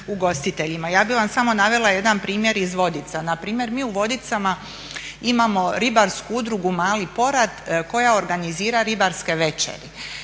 Ja bih vam samo navela jedan primjer iz Vodica. Na primjer mi u Vodicama imamo ribarsku udrugu "Mali porat" koja organizira ribarske večeri.